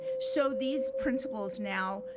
so these principals now,